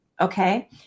Okay